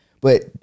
But-